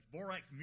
Borax